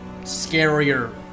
scarier